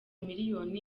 miliyoni